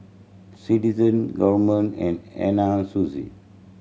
Citizen Gourmet and Anna Sucy